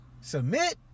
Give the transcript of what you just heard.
submit